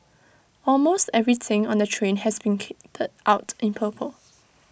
almost everything on the train has been kitted out in purple